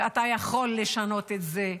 ואתה יכול לשנות את זה.